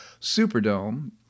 Superdome